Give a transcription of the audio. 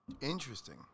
Interesting